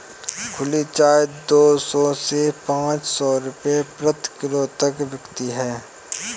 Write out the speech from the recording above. खुली चाय दो सौ से पांच सौ रूपये प्रति किलो तक बिकती है